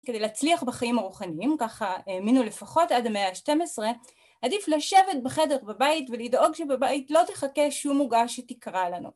כדי להצליח בחיים הרוחניים, ככה האמינו לפחות עד המאה ה-12, עדיף לשבת בחדר בבית ולדאוג שבבית לא תחכה שום עוגה שתקרא לנו.